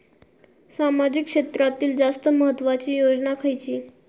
सामाजिक क्षेत्रांतील जास्त महत्त्वाची योजना खयची?